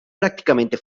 prácticamente